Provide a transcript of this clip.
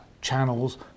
Channels